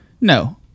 No